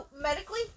medically